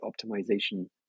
optimization